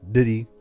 Diddy